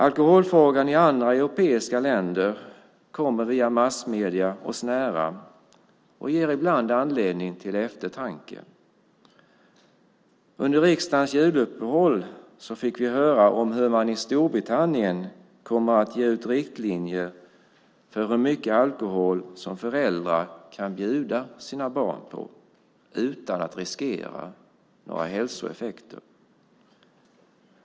Alkoholfrågan i andra europeiska länder kommer via massmedier oss nära och ger ibland anledning till eftertanke. Under riksdagens juluppehåll fick vi höra om hur man i Storbritannien kommer att ge ut riktlinjer för hur mycket alkohol föräldrar kan bjuda sina barn på utan att riskera några hälsoeffekter.